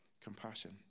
compassion